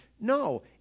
no